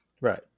Right